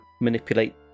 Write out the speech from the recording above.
manipulate